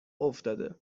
افتاده